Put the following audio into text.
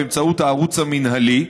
באמצעות הערוץ המינהלי,